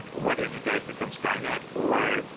whether you guys become skynet, or